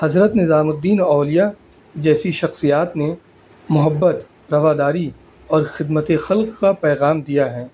حضرت نظام الدین اولیہ جیسی شخصیات نے محبت رواداری اور خدمت خلق کا پیغام دیا ہے